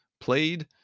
played